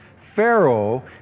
Pharaoh